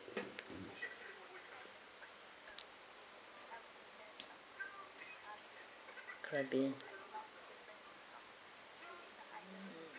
krabi